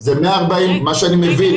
מה שאני מבין,